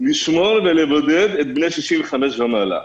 לשמור ולבודד את בני ה-65 ומעלה.